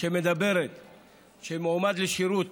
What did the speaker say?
והיא מדברת על כך שמועמד לשירות